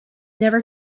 never